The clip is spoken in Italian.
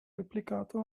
replicato